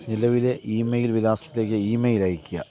നിലവിലെ ഇമെയിൽ വിലാസത്തിലേക്ക് ഇമെയിൽ അയയ്ക്കുക